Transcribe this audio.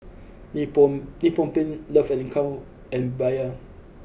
Nippon Nippon Paint Love and Co and Bia